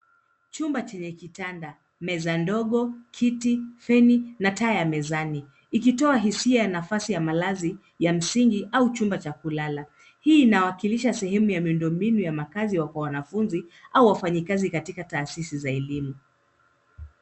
Chumba chenye kitanda, meza ndogo, kiti, feni na taa ya mezani ikitoa hisia ya nafasi ya malazi ya msingi au chumba cha kulala. Hii inawakilisha sehemu ya muindo mbinu ya makazi ya wanafunzi au wafanyikazi katika taasisi za elimu.